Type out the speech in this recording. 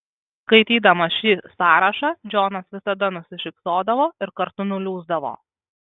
skaitydamas šį sąrašą džonas visada nusišypsodavo ir kartu nuliūsdavo